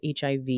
HIV